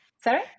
Sorry